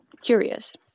curious